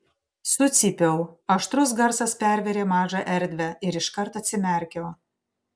sucypiau aštrus garsas pervėrė mažą erdvę ir iškart atsimerkiau